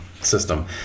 system